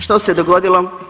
Što se dogodilo?